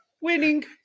Winning